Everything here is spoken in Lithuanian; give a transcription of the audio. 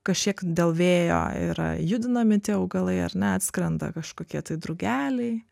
kažkiek dėl vėjo yra judinami tie augalai ar ne atskrenda kažkokie tai drugeliai